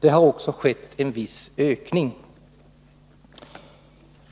Det har också skett en viss ökning av anslagen.